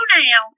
now